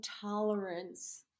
tolerance